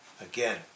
again